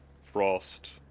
frost